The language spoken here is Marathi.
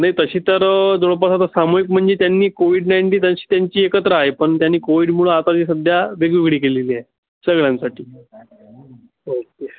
नाही तशी तर जवळपास आता सामूहिक म्हणजे त्यांनी कोविड नाईनटी तशी त्यांची एकत्र आहे पण त्यांनी कोविडमुळं आता ते सध्या वेगवेगळी केलेली आहे सगळ्यांसाठी ओके